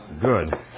Good